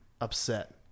upset